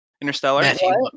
Interstellar